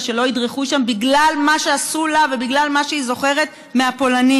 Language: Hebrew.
שלא ידרכו שם בגלל מה שעשו לה ובגלל מה שהיא זוכרת מהפולנים.